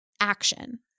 action